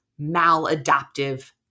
maladaptive